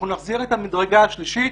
אנחנו נחזיר את המדרגה השלישית,